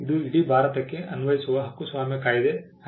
ಇದು ಇಡೀ ಭಾರತಕ್ಕೆ ಅನ್ವಯಿಸುವ ಹಕ್ಕುಸ್ವಾಮ್ಯ ಕಾಯಿದೆ ಆಗಿದೆ